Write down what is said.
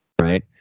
right